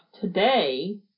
today